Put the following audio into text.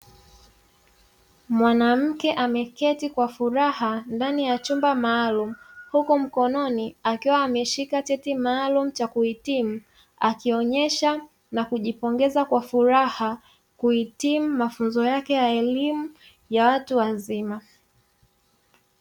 Mwanamke ameketi kwa furaha ndani ya chumba maalum huku mkononi akiwa ameshika cheti maalum cha kuhitimu akionyesha na kujipongeza kwa furaha kuitimu mafunzo yake ya elimu ya watu wazima.